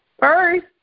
first